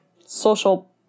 social